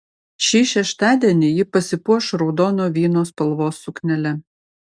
šį šeštadienį ji pasipuoš raudono vyno spalvos suknele